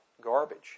garbage